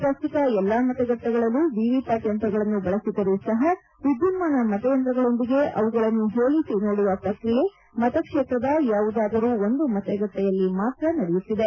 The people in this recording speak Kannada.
ಪ್ರಸ್ತುತ ಎಲ್ಲ ಮತಗಟ್ಟೆಗಳಲ್ಲೂ ವಿವಿ ಪ್ಯಾಟ್ ಯಂತ್ರಗಳನ್ನು ಬಳಸಿದರೂ ಸಹ ವಿದ್ಯುನ್ನಾನ ಮತಯಂತ್ರಗಳೊಂದಿಗೆ ಅವುಗಳನ್ನು ಹೋಲಿಸಿ ನೋಡುವ ಪ್ರಕ್ರಿಯೆ ಮತಕ್ಷೇತ್ರದ ಯಾವುದಾದರೂ ಒಂದು ಮತಗಟ್ಟೆಯಲ್ಲಿ ಮಾತ್ರ ನಡೆಯುತ್ತಿದೆ